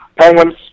Penguins